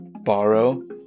borrow